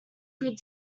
good